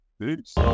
Peace